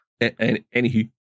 Anywho